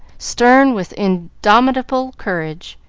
stern with indomitable courage.